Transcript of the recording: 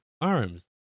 arms